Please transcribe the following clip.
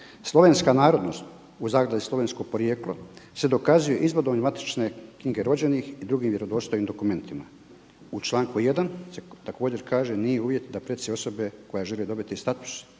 „Slovenska narodnost (slovensko porijeklo) se dokazuje izvodom iz Matične knjige rođenih i drugim vjerodostojnim dokumentima“. U članku 1. se također kaže: „Nije uvjet da preci osobe koja želi dobiti status